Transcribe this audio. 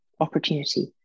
opportunity